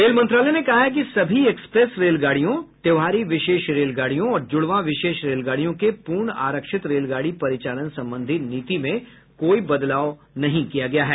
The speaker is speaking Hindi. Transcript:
रेल मंत्रालय ने कहा है कि सभी एक्सप्रेस रेलगाडियों त्यौहारी विशेष रेलगाडियों और जुडवां विशेष रेलगाडियों के पूर्ण आरक्षित रेलगाडी परिचालन संबंधी नीति में कोई बदलाव नहीं किया गया है